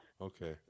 Okay